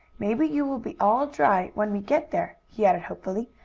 maybe you will be all dry when we get there, he added hopefully,